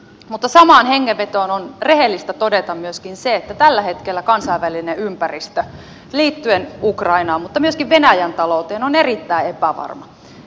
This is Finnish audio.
mutta samaan hengenvetoon on rehellistä todeta myöskin se että tällä hetkellä kansainvälinen ympäristö liittyen ukrainaan mutta myöskin venäjän talouteen on erittäin epävarma